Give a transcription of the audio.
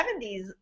70s